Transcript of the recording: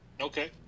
Okay